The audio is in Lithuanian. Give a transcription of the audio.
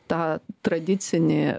tą tradicinį